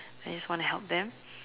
I just wanna help them